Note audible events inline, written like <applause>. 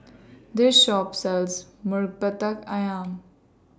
This Shop sells <unintelligible> Ayam